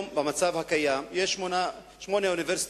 במצב הקיים היום יש שמונה אוניברסיטאות,